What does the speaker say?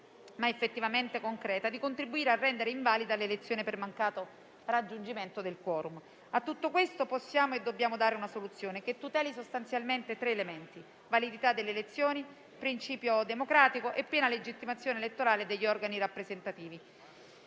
ma effettivamente concreta - di contribuire a rendere invalida l'elezione per mancato raggiungimento del *quorum*. A tutto questo possiamo e dobbiamo dare una soluzione che tuteli sostanzialmente tre elementi: validità delle elezioni, principio democratico e piena legittimazione elettorale degli organi rappresentativi.